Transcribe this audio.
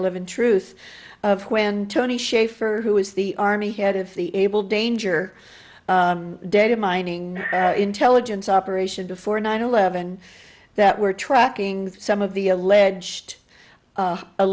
eleven truth of when tony shaffer who is the army head of the able danger data mining intelligence operation before nine eleven that we're tracking some of the alleged